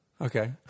Okay